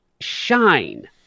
shine